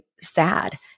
sad